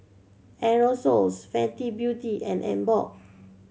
Aerosoles Fenty Beauty and Emborg